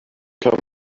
come